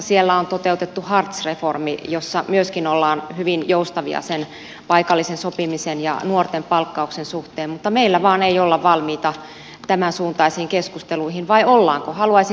siellä on toteutettu hartz reformi jossa myöskin ollaan hyvin joustavia sen paikallisen sopimisen ja nuorten palkkauksen suhteen mutta meillä vain ei olla valmiita tämänsuuntaisiin keskusteluihin vai ollaanko